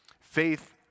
Faith